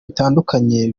bitandukanye